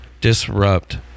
disrupt